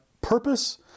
purpose